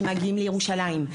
שמגיעים לירושלים.